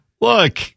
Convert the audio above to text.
Look